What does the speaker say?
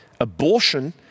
abortion